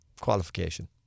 Qualification